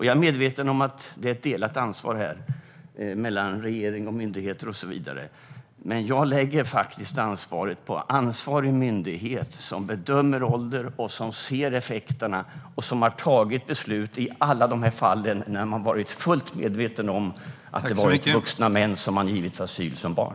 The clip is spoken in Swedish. Jag är medveten om att det är ett delat ansvar mellan regering och myndigheter, men jag lägger faktiskt ansvaret på ansvarig myndighet, som bedömer ålder, ser effekterna och har tagit beslut i alla dessa fall, där man har varit fullt medveten om att det har varit vuxna män som givits asyl som barn.